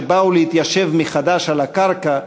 שבאו להתיישב מחדש על הקרקע,